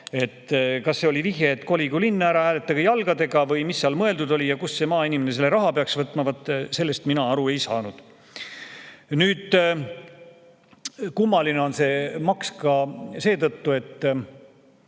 Kas see oli vihje, et koligu linna ära, hääletagu jalgadega, või mis seal mõeldud oli ja kust maainimene peaks selle raha võtma, vot sellest mina aru ei saanud. Kummaline on see maks ka seetõttu –